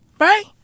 Right